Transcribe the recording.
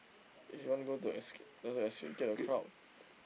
if you want to go to escape to escape get the crowd